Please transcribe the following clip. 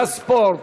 והספורט.